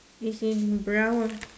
it's in brown